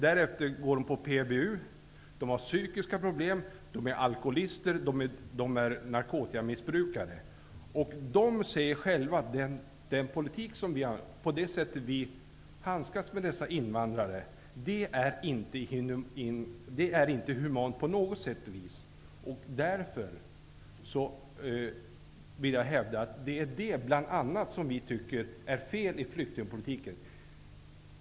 Därefter går de på PBU, för de har psykiska problem. De är alkoholister och narkotikamissbrukare. De säger själva att den politik som vi för och det sätt varpå vi handskas med dessa invandrare inte är humant på något vis. Det är bl.a. detta som vi tycker är fel i flyktingpolitiken.